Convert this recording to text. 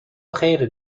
خیرت